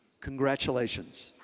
congratulations.